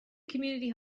community